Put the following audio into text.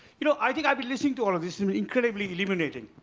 you know, i think i've been listening to all of this, and incredibly illuminating,